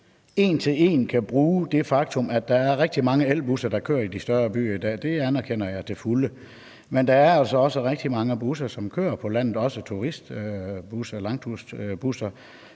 en til en kan bruge det faktum, at der er rigtig mange elbusser, der kører i de større byer i dag; det anerkender jeg til fulde. Men der er altså også rigtig mange busser, som kører på landet, også turistbusser og langdistanceturistbusser,